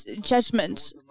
judgment